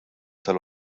tal